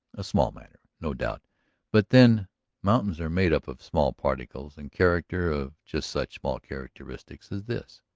a small matter, no doubt but then mountains are made up of small particles and character of just such small characteristics as this.